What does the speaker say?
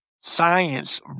Science